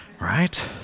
Right